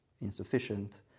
insufficient